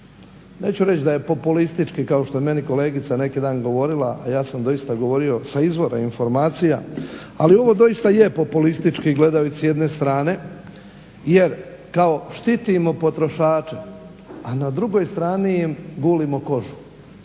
Neću reć da je populistički kao što je meni kolegica neki dan govorila, a ja sam doista govorio sa izvora informacija, ali ovo doista je populistički, gledajući s jedne strane. Jer kao štitimo potrošače, a na drugoj strani im gulimo kožu.